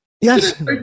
Yes